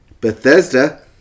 Bethesda